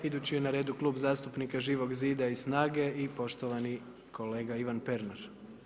Idući na redu je Klub zastupnika Živog zida i SNAGA-e i poštovani kolega Ivan Pernar.